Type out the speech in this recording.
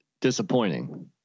disappointing